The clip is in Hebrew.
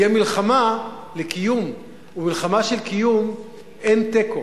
תהיה מלחמה לקיום, ובמלחמה של קיום אין תיקו.